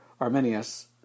Arminius